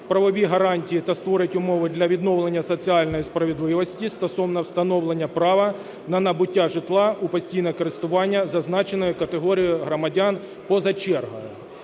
правові гарантії та створить умови для відновлення соціальної справедливості стосовно встановлення права на набуття житла у постійне користування зазначеної категорії громадян поза чергою.